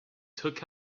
took